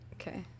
Okay